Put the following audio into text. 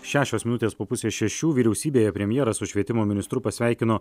šešios minutės po pusės šešių vyriausybėje premjeras su švietimo ministru pasveikino